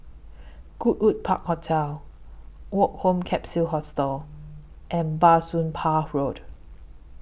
Goodwood Park Hotel Woke Home Capsule Hostel and Bah Soon Pah Road